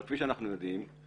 אבל כפי שאנחנו יודעים,